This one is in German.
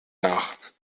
nach